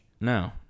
No